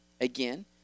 Again